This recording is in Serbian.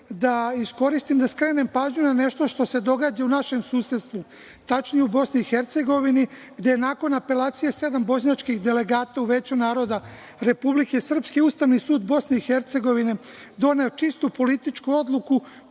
da iskoristim da skrenem pažnju na nešto što se događa u našem susedstvu, tačnije u Bosni i Hercegovini, gde je nakon apelacije sedam bošnjačkih delegata u Veću naroda Republike Srpske, Ustavni sud Bosne i Hercegovine doneo čistu političku odluku